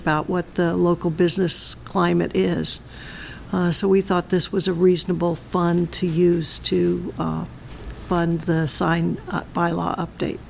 about what the local business climate is so we thought this was a reasonable fun to use to fund the signed by law update